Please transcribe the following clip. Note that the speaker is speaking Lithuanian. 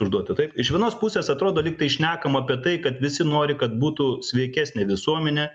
užduoti taip iš vienos pusės atrodo lyg tai šnekam apie tai kad visi nori kad būtų sveikesnė visuomenė